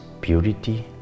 purity